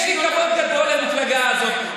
יש לי כבוד גדול למפלגה הזאת.